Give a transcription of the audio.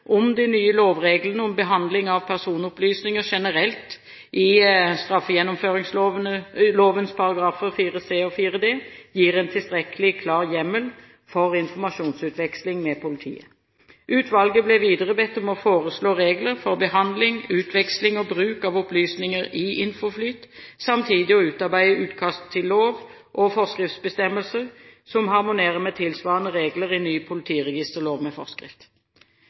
om de nye lovreglene om behandling av personopplysninger generelt i straffegjennomføringsloven §§ 4 c og 4 d gir en tilstrekkelig klar hjemmel for informasjonsutveksling med politiet. Utvalget ble videre bedt om å foreslå regler for behandling, utveksling og bruk av opplysninger i INFOFLYT og samtidig utarbeide utkast til lov og forskriftsbestemmelser som harmonerer med tilsvarende regler i ny politiregisterlov med forskrift.